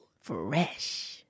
fresh